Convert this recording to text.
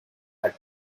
had